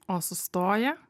o sustoja